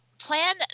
plan